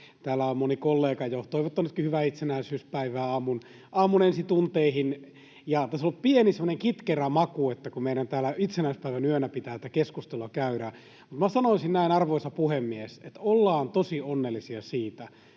Täällä on moni kollega jo toivottanutkin hyvää itsenäisyyspäivää aamun ensi tunteihin. Tässä on ollut pieni semmoinen kitkerä maku, että kun meidän täällä itsenäisyyspäivän yönä pitää tätä keskustelua käydä, mutta minä sanoisin näin, arvoisa puhemies, että ollaan tosi onnellisia siitä,